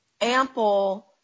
ample